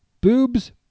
Boobs